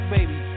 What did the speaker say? Baby